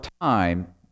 time